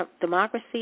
democracy